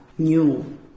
New